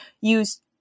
use